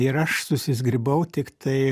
ir aš susizgribau tiktai